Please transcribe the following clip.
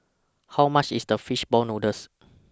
How much IS The Fish Ball Noodles